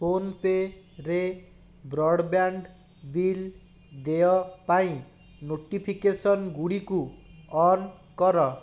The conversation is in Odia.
ଫୋନ୍ପେ ରେ ବ୍ରଡ଼୍ବ୍ୟାଣ୍ଡ୍ ବିଲ୍ ଦେୟ ପାଇଁ ନୋଟିଫିକେସନ୍ ଗୁଡ଼ିକୁ ଅନ୍ କର